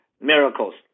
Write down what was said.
miracles